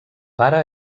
pare